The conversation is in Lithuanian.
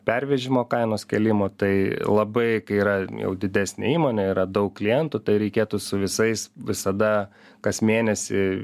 pervežimo kainos kėlimo tai labai kai yra didesnė įmonė yra daug klientų tai reikėtų su visais visada kas mėnesį